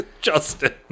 Justin